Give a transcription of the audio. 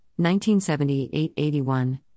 1978-81